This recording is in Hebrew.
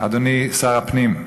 אדוני שר הפנים,